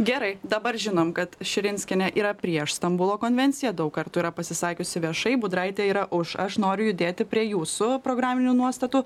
gerai dabar žinom kad širinskienė yra prieš stambulo konvenciją daug kartų yra pasisakiusi viešai budraitė yra už aš noriu judėti prie jūsų programinių nuostatų